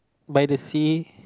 by the sea